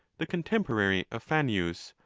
the contemporary of fannius,